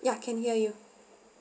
ya can hear you